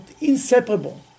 inseparable